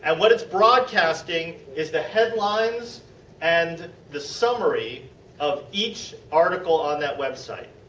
and what it is broadcasting is the headlines and the summary of each article on that website.